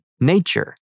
nature